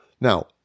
Now